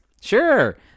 Sure